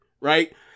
right